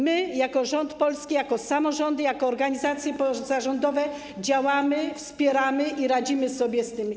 My, jako rząd polski, jako samorządy, jako organizacje pozarządowe działamy, wspieramy się i radzimy sobie z tym.